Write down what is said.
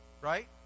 Right